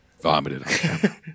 Vomited